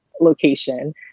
location